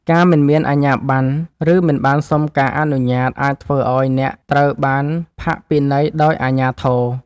ការមិនមានអាជ្ញាប័ណ្ណ ឬមិនបានសុំការអនុញ្ញាត អាចធ្វើឱ្យអ្នកត្រូវបានផាកពិន័យដោយអាជ្ញាធរ។